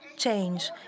change